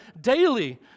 daily